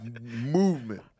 movement